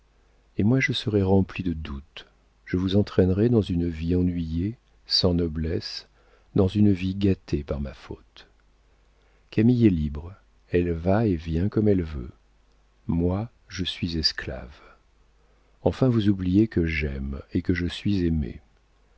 et moi je serais remplie de doutes je vous entraînerais dans une vie ennuyée sans noblesse dans une vie gâtée par ma faute camille est libre elle va et vient comme elle veut moi je suis esclave enfin vous oubliez que j'aime et que je suis aimée